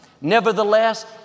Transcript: Nevertheless